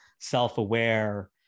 self-aware